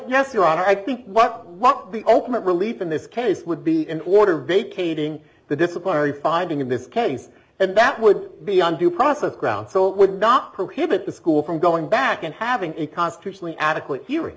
yes your honor i think what what the ultimate relief in this case would be in order vacating the disciplinary finding in this case and that would be on due process ground so it would not prohibit the school from going back and having a constitutionally adequate heari